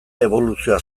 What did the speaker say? eboluzioa